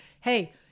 hey